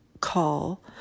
call